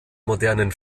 modernen